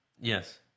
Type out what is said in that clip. Yes